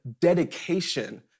dedication